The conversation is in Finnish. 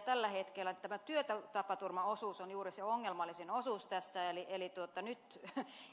tällä hetkellä tämä työtapaturmaosuus on juuri se ongelmallisin osuus tässä eli nyt